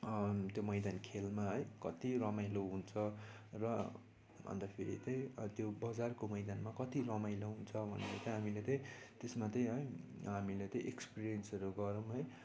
त्यो मैदान खेलमा है कति रमाइलो हुन्छ र अन्त फेरि त त्यो बजारको मैदानमा कति रमाइलो हुन्छ भन्ने त हामीले त त्यसमा त है हामीले त एक्सपिरियन्सहरू गर्यौँ है